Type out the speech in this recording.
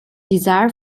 desire